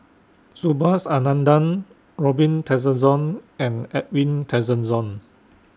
Subhas Anandan Robin Tessensohn and Edwin Tessensohn